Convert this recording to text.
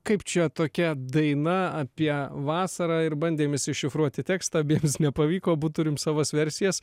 kaip čia tokia daina apie vasarą ir bandėm išsišifruoti tekstą abiems nepavyko abu turim savas versijas